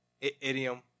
idiom